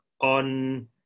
on